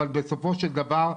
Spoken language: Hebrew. אבל בסופו של דבר,